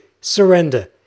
Surrender